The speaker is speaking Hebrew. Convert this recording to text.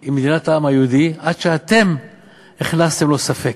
היא מדינת העם היהודי עד שאתם הכנסתם לו ספק.